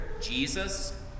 Jesus